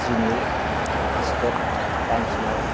जि news आजतक times नाव